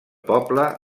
poble